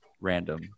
random